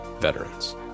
veterans